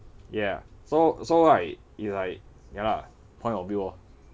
yeah so so right it's like ya lah point of view orh